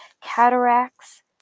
cataracts